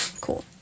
Cool